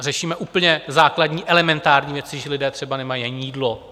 Řešíme úplně základní elementární věci, že lidé třeba nemají ani jídlo.